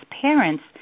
parents